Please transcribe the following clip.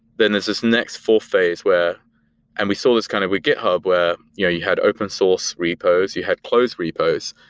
then there's this next fore phase where and we saw this kind of with github, where yeah you had open source repos. you had closed repos,